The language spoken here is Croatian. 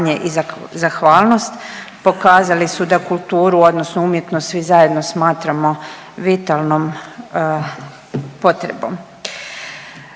i zahvalnost. Pokazali su da kulturu odnosno umjetnost svi zajedno smatramo vitalnom potrebom.